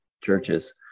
churches